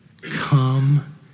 Come